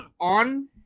on